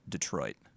Detroit